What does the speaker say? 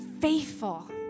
faithful